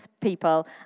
people